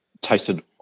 tasted